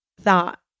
thought